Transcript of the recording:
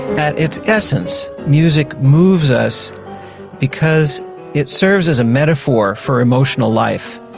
at its essence, music moves us because it serves as a metaphor for emotional life.